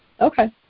Okay